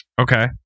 Okay